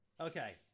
Okay